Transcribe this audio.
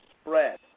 spread